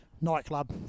Nightclub